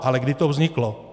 Ale kdy to vzniklo?